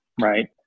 Right